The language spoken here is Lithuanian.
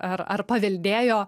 ar ar paveldėjo